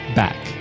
back